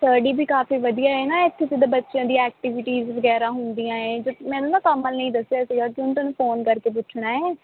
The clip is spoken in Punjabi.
ਸਟੱਡੀ ਵੀ ਕਾਫੀ ਵਧੀਆ ਹੈ ਨਾ ਇੱਥੇ ਅਤੇ ਤਾਂ ਬੱਚਿਆਂ ਦੀ ਐਕਟੀਵਿਟੀਜ਼ ਵਗੈਰਾ ਹੁੰਦੀਆਂ ਹੈ ਦਸ ਮੈਨੂੰ ਨਾ ਕਮਲ ਨੇ ਹੀ ਦੱਸਿਆ ਸੀਗਾ ਕਿ ਉਹਨੇ ਤੁਹਾਨੂੰ ਫੋਨ ਕਰਕੇ ਪੁੱਛਣਾ ਹੈ